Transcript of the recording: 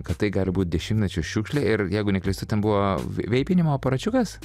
kad tai gali būt dešimtmečius šiukšlė ir jeigu neklystu ten buvo veipinimo aparačiukas